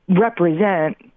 represent